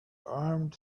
armed